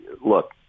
look